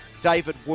David